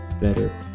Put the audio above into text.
better